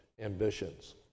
ambitions